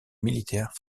militaire